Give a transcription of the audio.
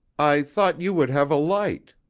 i thought you would have a light.